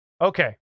Okay